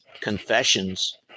confessions